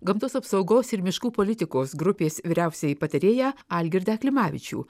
gamtos apsaugos ir miškų politikos grupės vyriausiąjį patarėją algirdą klimavičių